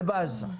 אלבז,